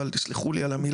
אבל תסלחו לי על המילה,